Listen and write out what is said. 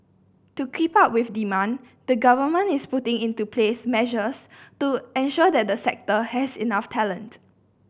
to keep up with demand the government is putting into place measures to ensure that the sector has enough talent